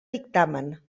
dictamen